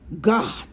God